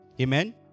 amen